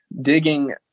digging